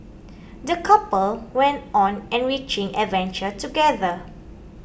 the couple went on enriching adventure together